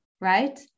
right